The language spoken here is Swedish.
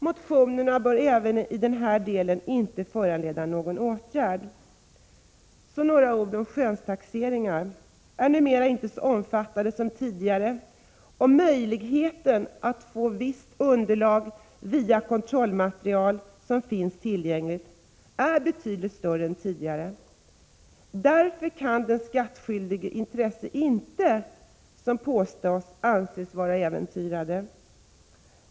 Motionerna bör inte heller i denna del föranleda någon åtgärd. Skönstaxeringarna är numera inte så omfattande som tidigare, och möjligheterna att få visst underlag via kontrollmaterial som finns tillgängligt är betydligt större än tidigare. Därför kan den skattskyldiges intressen inte — som påstås — anses vara äventyrade.